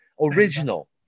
original